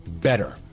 better